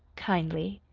kindly.